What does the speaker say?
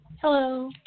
hello